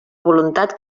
voluntat